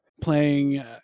playing